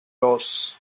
dos